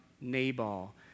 Nabal